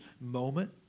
moment